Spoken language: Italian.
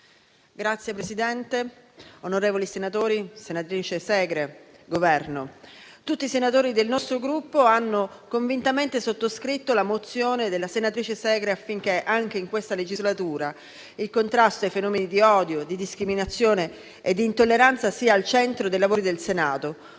Signor Presidente, onorevoli senatori, senatrice Segre, signor rappresentante del Governo, tutti i senatori del nostro Gruppo hanno convintamente sottoscritto la mozione della senatrice Segre affinché, anche in questa legislatura, il contrasto ai fenomeni di odio, di discriminazione e di intolleranza sia al centro dei lavori del Senato,